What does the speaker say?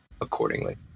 accordingly